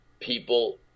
people